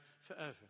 forever